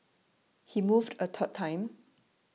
he moved a third time